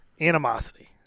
Animosity